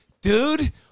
dude